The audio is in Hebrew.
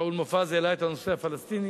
שאול מופז העלה את הנושא הפלסטיני,